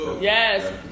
Yes